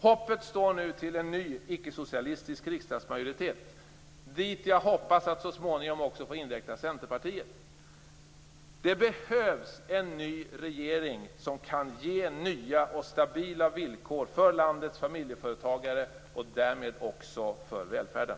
Hoppet står nu till en ny icke-socialistisk riksdagsmajoritet, dit jag hoppas att så småningom få inräkna även Centerpartiet. Det behövs en ny regering som kan ge nya och stabila villkor för landets familjeföretagare och därmed också för välfärden.